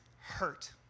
hurt